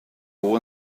will